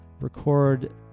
record